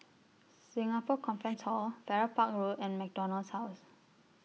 Singapore Conference Hall Farrer Park Road and Macdonald's House